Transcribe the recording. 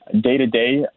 Day-to-day